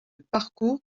parcours